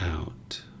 out